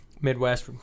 Midwest